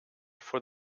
for